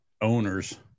owners